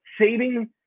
saving